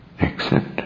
accept